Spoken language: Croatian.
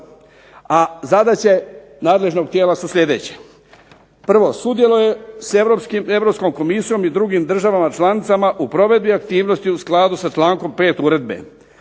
a zadaće nadležnog tijela su sljedeće. Prvo sudjeluje s Europskom Komisijom i drugim državama članicama u provedbi aktivnosti u skladu sa člankom 5. uredbe,